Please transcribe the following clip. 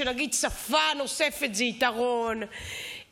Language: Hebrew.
ונגיד שפה נוספת זה יתרון,